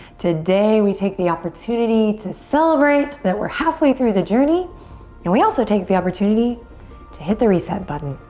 today we take the opportunity to celebrate that we're halfway through the journey and we also take the opportunity to hit the reset button.